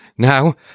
Now